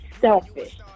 selfish